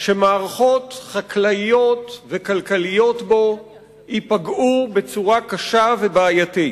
שמערכות חקלאיות וכלכליות בו ייפגעו בצורה קשה ובעייתית.